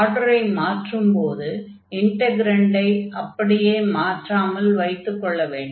ஆர்டரை மாற்றும்போது இன்டக்ரன்டை அப்படியே மாற்றாமல் வைத்துக் கொள்ள வேண்டும்